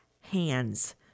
hands